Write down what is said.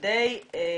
זאת כדי לקיים